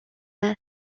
است